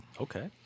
okay